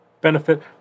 benefit